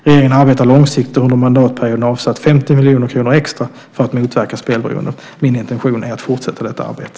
Regeringen arbetar långsiktigt och har under mandatperioden avsatt 50 miljoner kronor extra för att motverka spelberoende. Min intention är att fortsätta detta arbete.